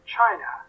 China